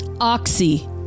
oxy